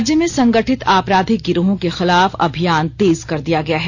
राज्य में संगठित आपराधिक गिरोहों के खिलाफ अभियान तेज कर दिया गया है